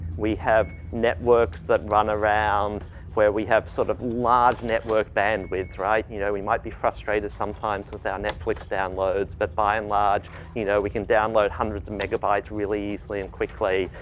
we have networks that run around where we have sort of large network bandwidth, right? you know, we might be frustrated sometimes with our netflix downloads but by and large you know, we can download hundreds of megabytes really easily and quickly.